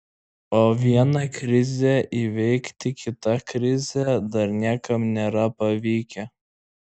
o viena krize įveikti kitą krizę dar niekam nėra pavykę